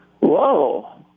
Whoa